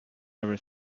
ever